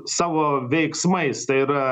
savo veiksmais tai yra